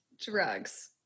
Drugs